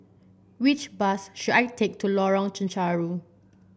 which bus should I take to Lorong Chencharu